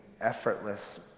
effortless